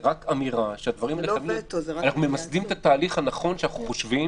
זה רק אמירה שאנחנו ממסדים את התהליך הנכון שאנחנו חושבים.